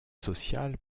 sociale